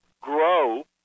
grow